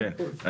זה הכל.